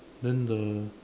then the